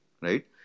right